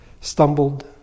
stumbled